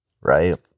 right